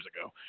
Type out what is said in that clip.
ago